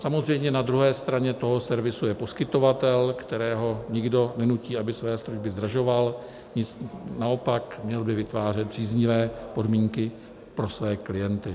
Samozřejmě na druhé straně toho servisu je poskytovatel, kterého nikdo nenutí, aby své služby zdražoval, naopak měl by vytvářet příznivé podmínky pro své klienty.